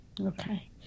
Okay